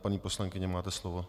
Paní poslankyně, máte slovo.